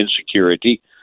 insecurity